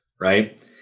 Right